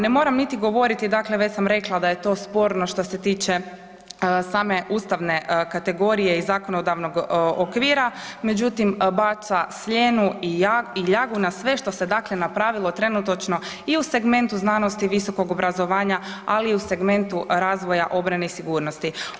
Ne moram niti govoriti, dakle već sam rekla da je to sporno što se tiče same ustavne kategorije i zakonodavnog okvira međutim baca sjenu i ljagu na sve što se dakle napravilo trenutačno i u segmentu znanosti i visokog obrazovanja ali i u segmentu razvoja obrane i sigurnosti.